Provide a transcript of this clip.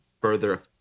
further